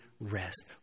rest